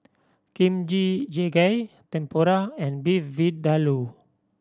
Kimchi Jjigae Tempura and Beef Vindaloo